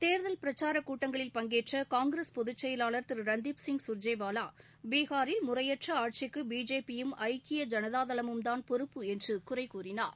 தேர்தல் பிரச்சாரக் கூட்டங்களில் பங்கேற்ற காங்கிரஸ் பொதுச்செயலாளர் திரு ரன்தீப்சிங் கர்ஜேவாலா பீகாரில் முறையற்ற ஆட்சிக்கு பிஜேபி யும் ஐக்கிய ஜனதாதளமும்தான் பொறுப்பு என்று குறை கூறினார்